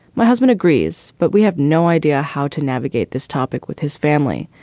my husband agrees, but we have no idea how to navigate this topic with his family.